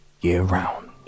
year-round